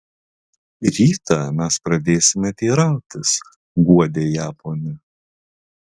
rytą mes pradėsime teirautis guodė ją ponia